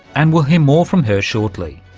and we'll hear more from her shortly.